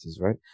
right